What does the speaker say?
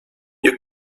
you